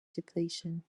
depletion